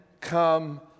come